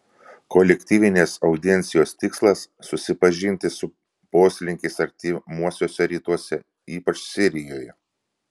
kolektyvinės audiencijos tikslas susipažinti su poslinkiais artimuosiuose rytuose ypač sirijoje